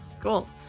Cool